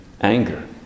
anger